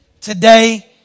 today